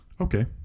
Okay